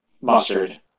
mustard